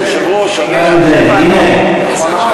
כרגע, הנה, הנה הוא.